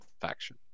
faction